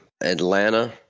Atlanta